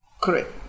Correct